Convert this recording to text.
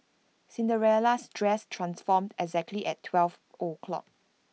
Cinderella's dress transformed exactly at twelve o'clock